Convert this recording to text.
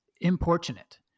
importunate